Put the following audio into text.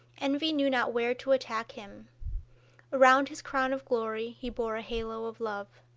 envy knew not where to attack him around his crown of glory he bore a halo of love.